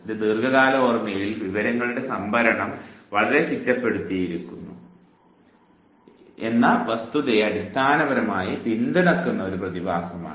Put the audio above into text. ഇത് ദീർഘകാല ഓർമ്മയിൽ വിവരങ്ങളുടെ സംഭരണം വളരെ ചിട്ടപ്പെടുത്തിയിരിക്കുന്നു എന്ന വസ്തുതയെ അടിസ്ഥാനപരമായി പിന്തുണയ്ക്കുന്ന ഒരു പ്രതിഭാസമാണിത്